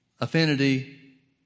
affinity